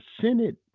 Senate